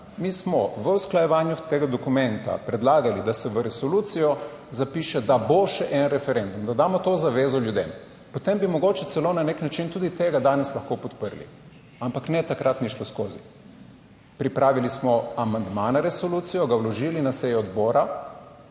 Mi smo v usklajevanju tega dokumenta predlagali, da se v resolucijo zapiše, da bo še en referendum, da damo to zavezo ljudem, potem bi mogoče celo na nek način tudi tega danes lahko podprli, ampak ne, takrat ni šlo skozi. Pripravili smo amandma na resolucijo, ga vložili na seji odbora